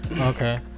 Okay